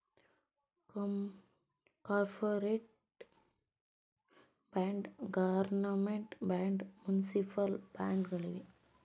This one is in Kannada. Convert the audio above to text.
corporate bond, government bond, municipal bond ಗಳಿವೆ